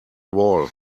wall